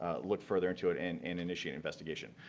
ah look further into it and and initiate investigations.